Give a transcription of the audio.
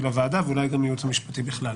של הוועדה ואולי גם של הייעוץ המשפטי בכלל.